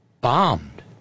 bombed